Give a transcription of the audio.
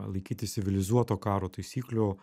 laikytis civilizuoto karo taisyklių